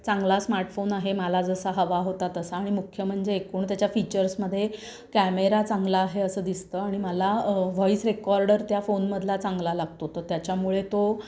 चांगला स्मार्टफोन आहे मला जसा हवा होता तसा आणि मुख्य म्हणजे एकूण त्याच्या फीचर्समध्ये कॅमेरा चांगला आहे असं दिसतं आणि मला व्हॉईस रेकॉर्डर त्या फोनमधला चांगला लागतो तर त्याच्यामुळे तो